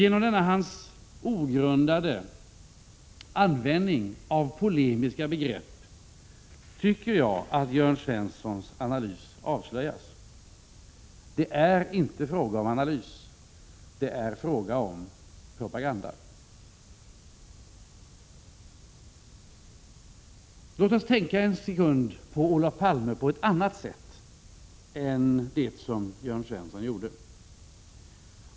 Genom denna hans ogrundade användning av polemiska begrepp tycker jag att hans promemoria avslöjas. Det är inte fråga om någon analys. Det är fråga om propaganda. Låt oss för en sekund tänka på Olof Palme på ett annat sätt än det Jörn Svensson tillämpade!